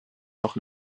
noch